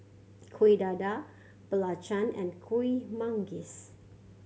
Kueh Dadar belacan and Kuih Manggis